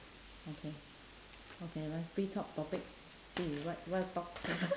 okay okay let's pre talk topic see you like wha~ what talk